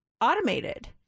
automated